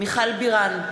מיכל בירן,